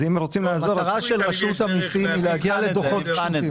המטרה של רשות המיסים היא להגיע לדו"חות פשוטים.